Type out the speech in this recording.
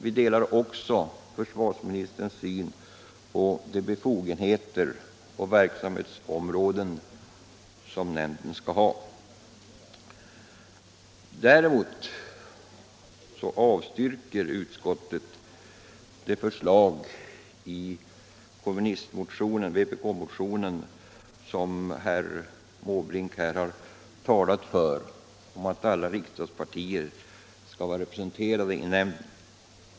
Vi delar också försvarsministerns syn på befogenheter och verksamhetsområde för nämnden. Däremot avstyrker utskottet förslaget i vpk-motionen 2487, som herr Måbrink här har talat för, om att alla riksdagspartier skall vara representerade i nämnden.